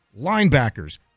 linebackers